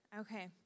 Okay